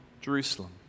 Jerusalem